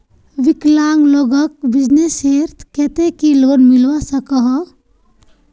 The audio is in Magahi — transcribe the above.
विकलांग लोगोक बिजनेसर केते की लोन मिलवा सकोहो?